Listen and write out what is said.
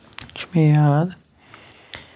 چھُ مےٚ یاد